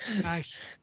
Nice